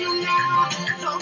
you know